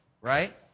Right